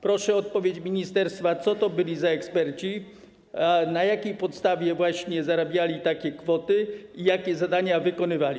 Proszę o odpowiedź ministerstwa, co to byli za eksperci, na jakiej podstawie zarabiali właśnie takie kwoty i jakie zadania wykonywali.